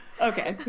Okay